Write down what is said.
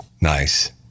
nice